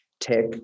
tech